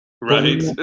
right